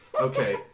Okay